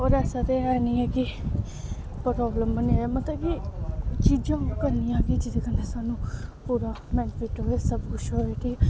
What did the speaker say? होर ऐसा ते ऐ निं ऐ कि प्रॉब्लम बनी जाए मतलब कि चीजां करनियां कि जेह्दे कन्नै सानूं पूरा बैनफिट होऐ सब कुछ होऐ